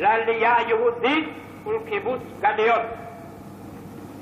לעלייה יהודית ולקיבוץ גלויות,